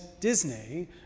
Disney